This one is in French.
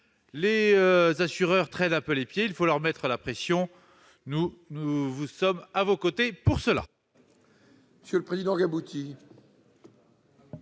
les assureurs traînent un peu les pieds. Il faut leur mettre la pression, et nous sommes à vos côtés pour cela